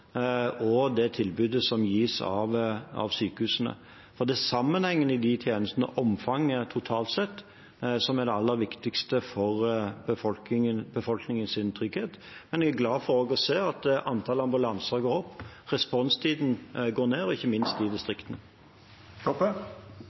og det tilbudet som gis av sykehusene. Det er sammenhengen i de tjenestene og omfanget totalt sett som er det aller viktigste for befolkningens trygghet. Men jeg er glad for å se at antallet ambulanser går opp og responstiden går ned, ikke minst